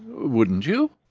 wouldn't you?